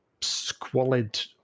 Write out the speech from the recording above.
squalid